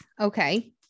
Okay